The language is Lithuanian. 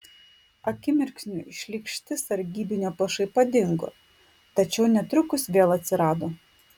akimirksniui šlykšti sargybinio pašaipa dingo tačiau netrukus vėl atsirado